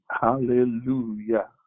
Hallelujah